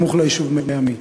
סמוך ליישוב מי-עמי.